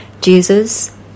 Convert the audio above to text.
Jesus